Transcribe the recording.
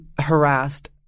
harassed